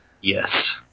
Yes